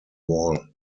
wall